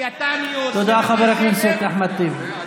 חבר הכנסת אחמד טיבי.